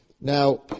Now